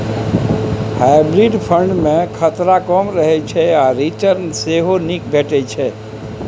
hybrid fund मे खतरा कम रहय छै आ रिटर्न सेहो नीक भेटै छै